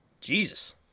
Jesus